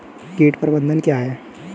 कीट प्रबंधन क्या है?